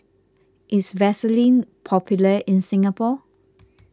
is Vaselin popular in Singapore